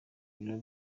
biro